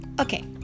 okay